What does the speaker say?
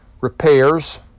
repairs